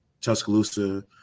Tuscaloosa